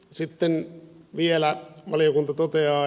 ja vielä valiokunta toteaa